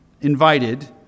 invited